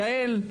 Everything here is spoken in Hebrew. יעל,